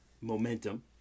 momentum